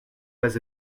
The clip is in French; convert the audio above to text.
pas